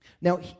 Now